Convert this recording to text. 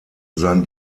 sein